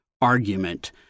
argument